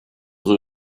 rue